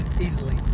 Easily